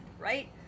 right